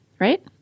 right